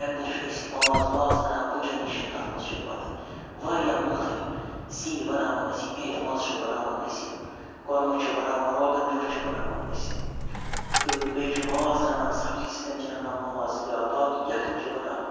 اَمہِ دۄہ چھِ أسۍ ماز واز اَنان پُجَن نِش تَتھ منٛز چھِ پَتہٕ یہِ واریاہ مختلف سِنۍ بَناوان أسۍ یہِ میتھِ ماز چھُ بَناوان أسۍ یہِ کۄرمہٕ چھِ بَناوان روغن جوش چھِ بَناوان أسۍ تہٕ بیٚیہِ چھِ ماز رَنان سبزی سۭتۍ چھِ رَنان ماز یا باقی یَکھٕنۍ چھِ بَناوان